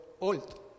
old